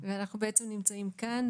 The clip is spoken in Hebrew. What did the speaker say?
ואנחנו בעצם נמצאים כאן